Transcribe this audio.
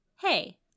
Hey